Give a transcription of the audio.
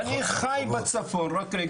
ואני חי בצפון,